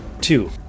Two